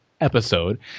Episode